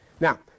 Now